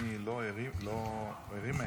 שלוש דקות,